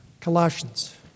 Colossians